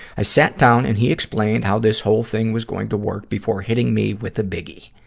i sat down and he explained how this whole thing was going to work before hitting me with the biggie.